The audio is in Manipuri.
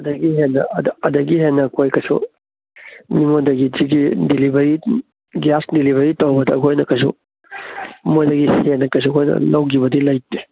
ꯑꯗꯒꯤ ꯍꯦꯟꯅ ꯑꯗꯒꯤ ꯍꯦꯟꯅ ꯑꯩꯈꯣꯏ ꯀꯩꯁꯨ ꯃꯤꯉꯣꯟꯗꯒꯤ ꯁꯤꯒꯤ ꯗꯦꯂꯤꯚꯔꯤ ꯒ꯭ꯌꯥꯁ ꯗꯦꯂꯤꯚꯔꯤ ꯇꯧꯕꯗ ꯑꯩꯈꯣꯏꯅ ꯀꯩꯁꯨ ꯃꯣꯏꯗꯒꯤ ꯍꯦꯟꯅ ꯀꯩꯁꯨ ꯑꯩꯈꯣꯏꯅ ꯂꯧꯈꯤꯕꯗꯤ ꯂꯩꯇꯦ